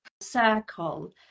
circle